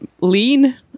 lean